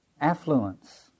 affluence